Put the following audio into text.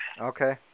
Okay